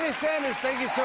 sanders, thank you